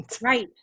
Right